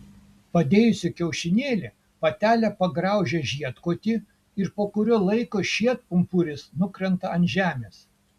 padėjusi kiaušinėlį patelė pagraužia žiedkotį ir po kurio laiko žiedpumpuris nukrenta ant žemės